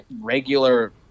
regular